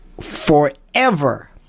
forever